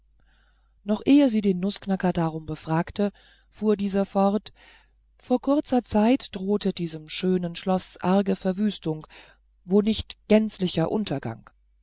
noch ehe sie den nußknacker darum befragte fuhr dieser fort vor kurzer zeit drohte diesem schönen schloß arge verwüstung wo nicht gänzlicher untergang